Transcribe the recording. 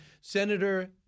Senator